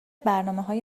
برنامههای